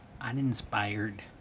uninspired